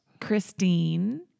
Christine